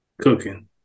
Cooking